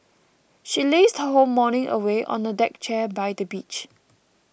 she lazed her whole morning away on a deck chair by the beach